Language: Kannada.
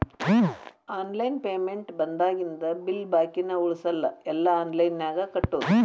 ಆನ್ಲೈನ್ ಪೇಮೆಂಟ್ ಬಂದಾಗಿಂದ ಬಿಲ್ ಬಾಕಿನ ಉಳಸಲ್ಲ ಎಲ್ಲಾ ಆನ್ಲೈನ್ದಾಗ ಕಟ್ಟೋದು